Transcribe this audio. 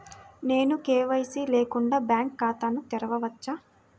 నేను కే.వై.సి లేకుండా బ్యాంక్ ఖాతాను తెరవవచ్చా?